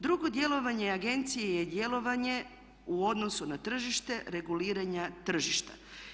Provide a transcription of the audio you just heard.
Drugo, djelovanje agencije je djelovanje u odnosu na tržište reguliranja tržišta.